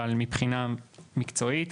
אבל מבחינה מקצועית,